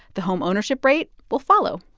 the homeownership rate will follow